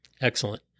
Excellent